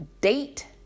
date